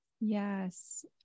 yes